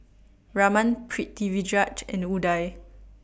Raman Pritiviraj and Udai